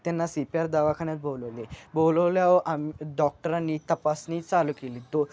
त्यांना C P R दवाखान्यात बोलवले बोलवल्यावर आम्ही डॉक्टरांनी तपासणी चालू केली तो